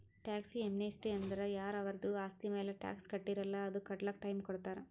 tax amnesty ಅಂದುರ್ ಯಾರ ಅವರ್ದು ಆಸ್ತಿ ಮ್ಯಾಲ ಟ್ಯಾಕ್ಸ್ ಕಟ್ಟಿರಲ್ಲ್ ಅದು ಕಟ್ಲಕ್ ಟೈಮ್ ಕೊಡ್ತಾರ್